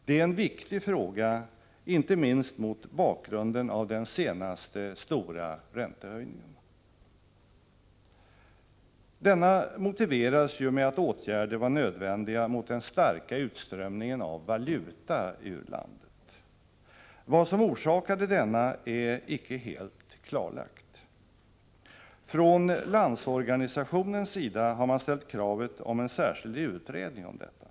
Det är en viktig fråga, inte minst mot bakgrunden av den senaste stora räntehöjningen. Denna motiverades ju med att åtgärder var nödvändiga mot den starka utströmningen av valuta ur landet. Vad som orsakade denna är icke helt klarlagt. Från Landsorganisationens sida har man ställt kravet om en särskild utredning om detta.